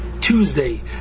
Tuesday